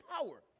power